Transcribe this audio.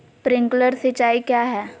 Sprinkler सिंचाई क्या है?